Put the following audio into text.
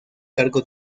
cargo